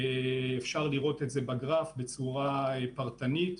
אפשר לראות את זה בגרף בצורה פרטנית.